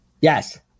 Yes